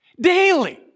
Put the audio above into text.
daily